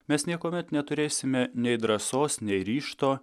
mes niekuomet neturėsime nei drąsos nei ryžto